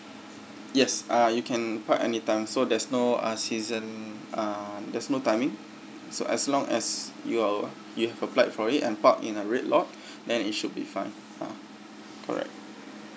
yes uh you can park anytime so there's no uh season uh there's no timing so as long as you are you have applied for it and park in a red lot then it should be fine ah correct